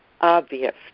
obvious